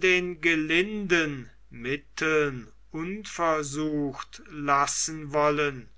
den gelinden mitteln unversucht lassen wollen